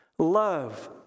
Love